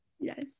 yes